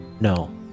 No